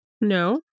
No